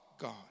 God